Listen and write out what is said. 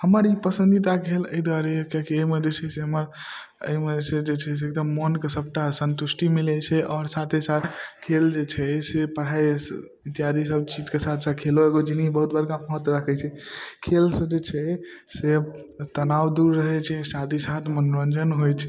हमर ई पसन्दिदा खेल अइ दुआरे अइ किएक कि अइमे जे छै से अइमे जे छै से एकदम मनके सबटा सन्तुष्टि मिलै छै आओर साथे साथ खेल जे छै से पढ़ाइ इत्यादि सब चीजके साथ साथ खेलो एगो जिन्दगीमे बहुत बड़का महत्व राखै छै खेलसँ जे छै से तनाव दूर रहै छै साथ ही साथ मनोरञ्जन होइ छै